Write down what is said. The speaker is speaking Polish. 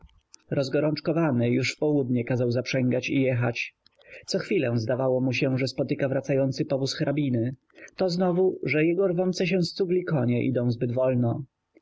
rozgorączkowany już w południe kazał zaprzęgać i jechać cochwilę zdawało mu się że spotyka wracający powóz hrabiny to znowu że jego rwące się z cugli konie idą zbyt wolno